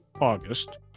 August